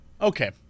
Okay